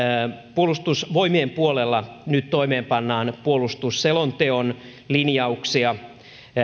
puolustusvoimien puolella nyt toimeenpannaan puolustusselonteon linjauksia